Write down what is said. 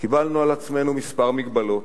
קיבלנו על עצמנו כמה הגבלות.